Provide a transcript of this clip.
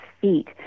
feet